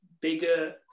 bigger